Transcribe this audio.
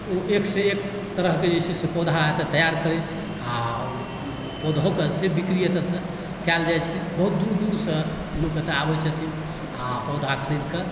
ओ एकसँ एक जे छै से तरहकेँ पौधा एतय तैयार करैत छै आ पौधोंके से बिक्री एतयसँ कयल जाइ छै बहुत दूर दूरसँ लोक एतय आबै छथिन आ पौधा खरीदके